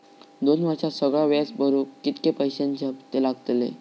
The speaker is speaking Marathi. दोन वर्षात सगळा व्याज भरुक कितक्या पैश्यांचे हप्ते लागतले?